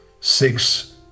six